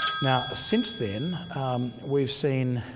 now since then we've seen